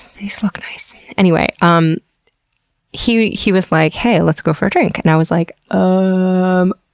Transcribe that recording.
these look nice anyway, um he he was like, hey, let's go for a drink. and i was like, um